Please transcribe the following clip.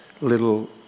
little